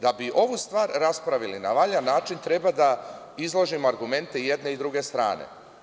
Da bi ovu stvar raspravili na valjan način, treba da izložimo argumente jedne i druge strane.